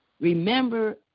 Remember